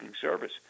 service